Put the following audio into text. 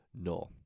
no